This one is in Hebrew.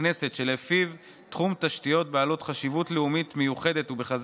הכנסת שלפיו תחום תשתיות בעלות חשיבות לאומית מיוחדת ובכלל